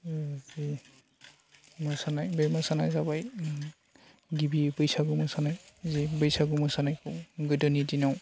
मोसानाय बे मोसानायानो जाबाय उम गिबि बैसागु मोसानाय जि बैसागु मोसानायखौ गोदोनि दिनाव